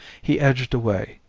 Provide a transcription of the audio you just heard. he edged away,